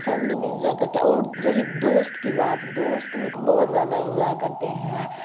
family میں enjoy کرتے ہیں اور رہی دوست کی بات دوست میں تو بہت زیادہ انجوائے کرتے ہیں